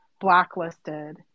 blacklisted